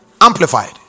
Amplified